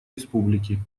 республики